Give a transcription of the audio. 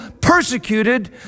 persecuted